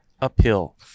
uphill